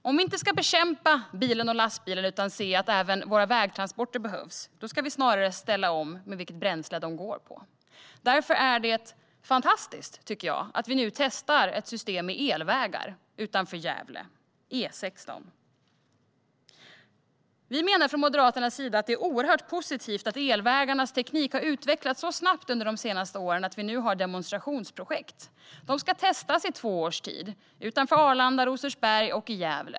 Om vi inte ska bekämpa bilen och lastbilen utan se att även våra vägtransporter behövs ska vi snarare ställa om vilket bränsle de går på. Därför är det fantastiskt att vi nu testar ett system med elvägar utanför Gävle, E16. Vi menar från Moderaternas sida att det är positivt att elvägarnas teknik har utvecklats så snabbt under de senaste åren att vi nu har demonstrationsprojekt. De ska testas i två års tid, utanför Arlanda-Rosersberg och i Gävle.